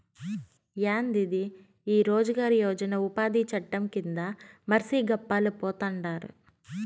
యాందిది ఈ రోజ్ గార్ యోజన ఉపాది చట్టం కింద మర్సి గప్పాలు పోతండారు